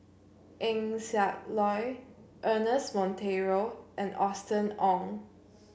Eng Siak Loy Ernest Monteiro and Austen Ong